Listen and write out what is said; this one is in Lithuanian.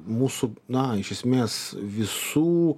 mūsų na iš esmės visų